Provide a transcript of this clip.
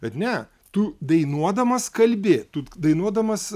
bet ne tu dainuodamas kalbi tu dainuodamas